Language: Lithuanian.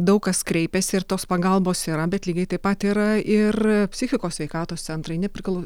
daug kas kreipiasi ir tos pagalbos yra bet lygiai taip pat yra ir psichikos sveikatos centrai nepriklau